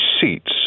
seats